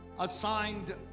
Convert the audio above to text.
Assigned